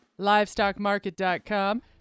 LivestockMarket.com